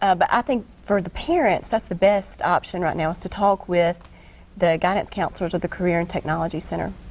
ah but i think for the parents that's the best option right now is to talk with the guidance counselors of the career and technology center,